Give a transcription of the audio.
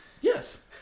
Yes